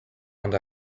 ond